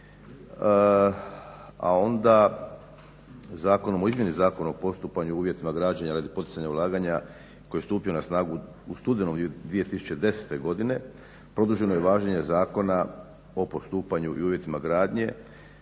a onda Zakonom o izmjeni Zakona o postupanju u uvjetima građenja radi poticanja ulaganja koji je stupio na snagu u studenom 2010. godine produženo je važenje Zakona o postupanju i uvjetima gradnje